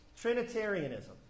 Trinitarianism